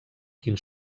quin